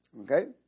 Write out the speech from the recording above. okay